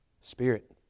Spirit